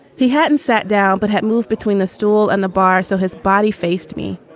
he hadn't sat down, but had moved between the stool and the bar, so his body faced me.